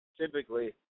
typically